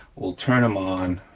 we'll turn em on,